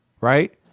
right